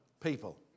People